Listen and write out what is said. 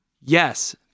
Yes